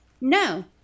No